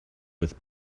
with